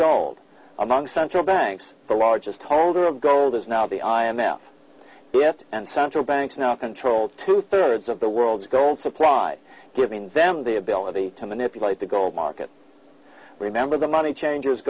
gold among central banks the largest holder of gold is now the i m f yet and central banks now control two thirds of the world's gold supply giving them the ability to manipulate the gold market remember the money change